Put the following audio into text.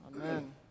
Amen